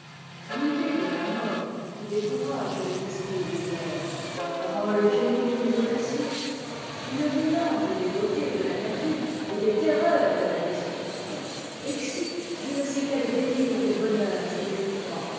l'idée de la mort qui décourage les esprits vulgaires rend le génie plus audacieux et le mélange des beautés de la nature et des terreurs de la destruction excite je ne sais quel délire de bonheur et d'effroi